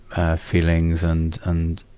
ah, feelings and, and,